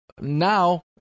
now